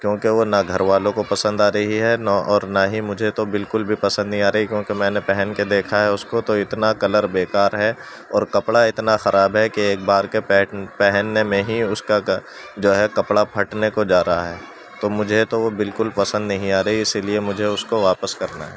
کیونکہ وہ نہ گھر والوں کو پسند آ رہی ہے نہ اور نہ مجھے تو بالکل بھی پسند نہیں آ رہی ہے کیونکہ میں نے پہن کے دیکھا ہے اس کو تو اتنا کلر بےکار ہے اور کپڑا اتنا خراب ہے کہ ایک بار کے پہننے میں ہی اس کا جو ہے کپڑا پھٹنے کو جا رہا ہے تو مجھے تو وہ بالکل پسند نہیں آ رہی ہے اسی لیے مجھے اس کو واپس کرنا ہے